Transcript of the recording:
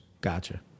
Gotcha